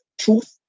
truth